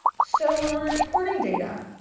so, when we're recording data,